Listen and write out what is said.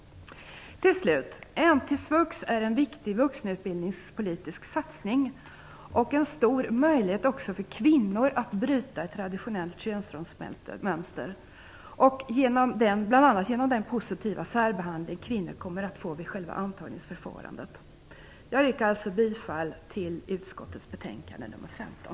Till slut: N/T-svux är en viktig vuxenutbildningspolitisk satsning och en stor möjlighet också för kvinnor att bryta ett traditionellt könsrollsmönster, bl.a. genom den positiva särbehandling kvinnor kommer att få vid själva antagningsförfarandet. Jag yrkar alltså bifall till hemställan i utskottets betänkande 15.